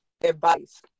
advice